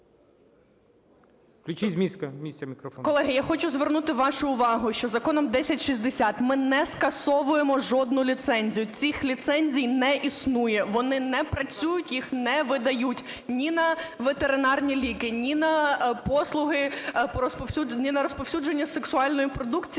Колеги, я хочу звернути вашу увагу, що законом 1060 ми не скасовуємо жодну ліцензію, цих ліцензій не існує. Вони не працюють, їх не видають ні на ветеринарні ліки, ні на послуги по розповсюдженню... ні на розповсюдження сексуальної продукції